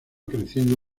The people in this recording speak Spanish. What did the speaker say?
creciendo